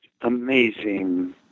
amazing